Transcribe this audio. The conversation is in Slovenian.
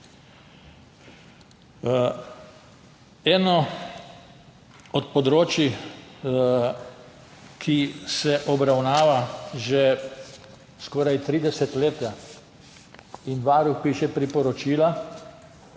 Eno od področij, ki se obravnava že skoraj tri desetletja in Varuh piše priporočila,